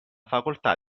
facoltà